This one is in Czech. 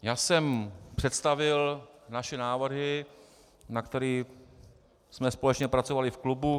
Já jsem představil naše návrhy, na kterých jsme společně pracovali v klubu.